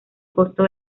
costo